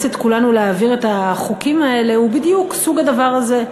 את כולנו להעביר את החוקים האלה הוא בדיוק סוג הדבר הזה.